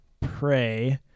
pray